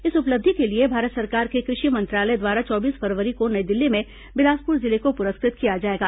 इस उपलब्धि के लिए भारत सरकार के कृषि मंत्रालय द्वारा चौबीस फरवरी को नई दिल्ली में बिलासपुर जिले को पुरस्कृत किया जाएगा